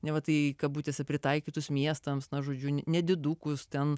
neva tai kabutėse pritaikytus miestams na žodžiu nedidukus ten